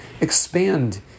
expand